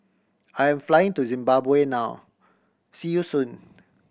I am flying to Zimbabwe now see you soon